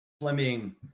Fleming